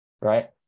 Right